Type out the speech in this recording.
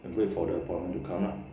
and wait for the appointment to come lah